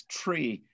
tree